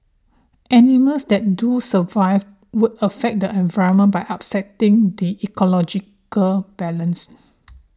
animals that do survive would affect the environment by upsetting the ecological balance